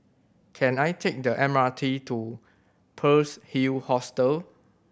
can I take the M R T to Pearl's Hill Hostel